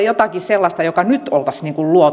jotakin sellaista joka nyt oltaisiin